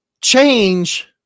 change